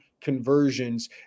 conversions